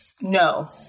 no